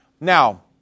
Now